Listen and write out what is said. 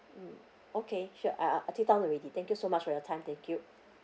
mmhmm okay sure uh I take down already thank you so much for your time thank you